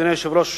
אדוני היושב-ראש,